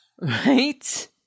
Right